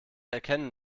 erkennen